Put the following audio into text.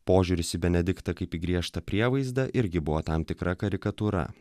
požiūris į benediktą kaip į griežtą prievaizdą irgi buvo tam tikra karikatūra